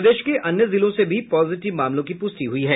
प्रदेश के अन्य जिलों से भी पॉजिटिव मामलों की पुष्टि हुई है